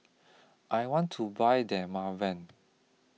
I want to Buy Dermaveen